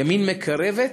ימין מקרבת,